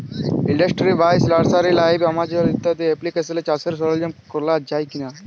industry বাইশ, nursery live, Amazon ইত্যাদি এপ্লিকেশলে চাষের সরল্জাম কিলা যায়